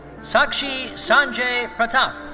sakshi sanjay pratap.